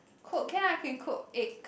cook can I can cook egg